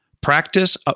practice